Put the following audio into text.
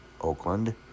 Oakland